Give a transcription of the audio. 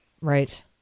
Right